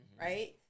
right